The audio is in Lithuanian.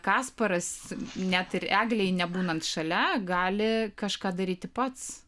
kasparas net ir eglei nebūnant šalia gali kažką daryti pats